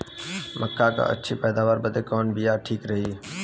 मक्का क अच्छी पैदावार बदे कवन बिया ठीक रही?